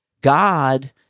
God